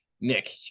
Nick